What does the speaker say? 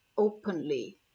openly